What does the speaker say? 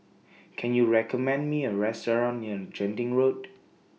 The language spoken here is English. Can YOU recommend Me A Restaurant near Genting Road